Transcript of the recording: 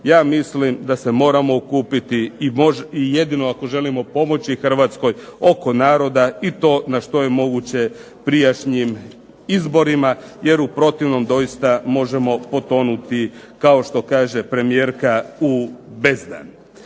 Ja mislim da se moramo okupiti i jedino ako želimo pomoći Hrvatskoj i to oko naroda i to na što je moguće prijašnjim izborima jer u protivnom doista možemo potonuti kao što kaže premijerka u bezdan.